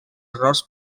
errors